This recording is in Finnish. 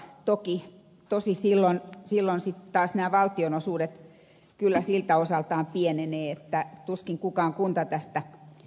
tosin silloin sitten taas nämä valtionosuudet kyllä siltä osaltaan pienenevät niin että tuskin mikään kunta tästä rikastuu